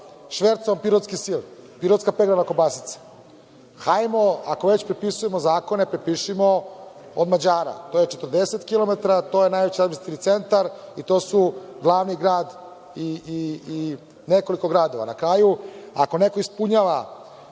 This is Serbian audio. švercovan pirotski sir, pirotska peglana kobasica. Ako već prepisujemo zakone, prepišemo od Mađara. To je 40 km, to je najveći administrativni centar i to su glavni grad i nekoliko gradova. Na kraju, ako neko ispunjava